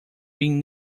been